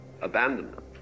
abandonment